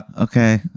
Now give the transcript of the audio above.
okay